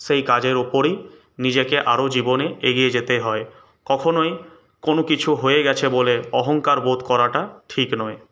সেই কাজের উপরেই নিজেকে আরও জীবনে এগিয়ে যেতে হয় কখনোই কোনো কিছু হয়ে গেছে বলে অহংকার বোধ করাটা ঠিক নয়